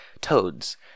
toads